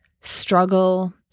struggle